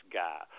guy